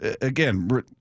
again